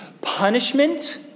punishment